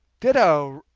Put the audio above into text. ditto,